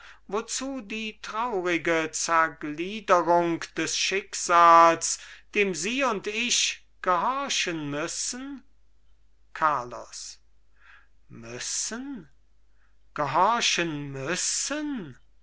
wozu die traurige zergliederung des schicksals dem sie und ich gehorchen müssen carlos müssen gehorchen müssen